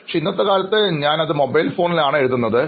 പക്ഷേ ഇന്നത്തെ കാലത്ത് ഞാൻ അത് മൊബൈൽ ഫോണിൽ ആണ് എഴുതാറുള്ളത്